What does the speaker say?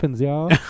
y'all